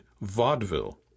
vaudeville